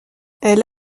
elle